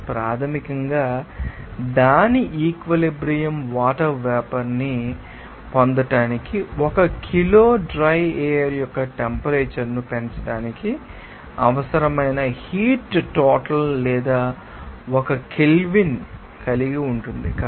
ఇది ప్రాథమికంగా దాని ఈక్విలిబ్రియం వాటర్ వేపర్ ని పొందడానికి 1 కిలోల డ్రై ఎయిర్ యొక్క టెంపరేచర్ ను పెంచడానికి అవసరమైన హీట్ టోటల్ లేదా 1 కెల్విన్ కలిగి ఉంటుంది